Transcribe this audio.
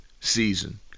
season